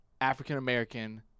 African-American